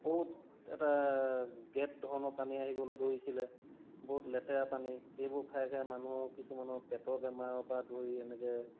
বহুত এটা গেদ ধৰণৰ পানী আহিবলৈ ধৰিছিলে বহুত লেতেৰা পানী সেইবোৰ খাই খাই মানুহ কিছুমানৰ পেটৰ বেমাৰৰ পৰা ধৰি এনেকৈ